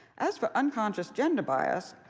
as for unconscious gender bias,